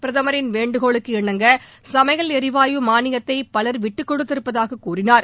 பிரதமின் வேண்டுகோளுக்கு இணங்க சமையல் ளிவாயு மாளியத்தை பல் விட்டுக்கொடுத்திருப்பதாக கூறினார்